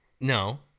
No